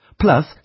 plus